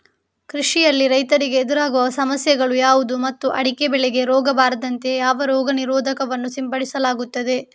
ಕೃಷಿಯಲ್ಲಿ ರೈತರಿಗೆ ಎದುರಾಗುವ ಸಮಸ್ಯೆಗಳು ಯಾವುದು ಮತ್ತು ಅಡಿಕೆ ಬೆಳೆಗೆ ರೋಗ ಬಾರದಂತೆ ಯಾವ ರೋಗ ನಿರೋಧಕ ವನ್ನು ಸಿಂಪಡಿಸಲಾಗುತ್ತದೆ?